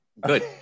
Good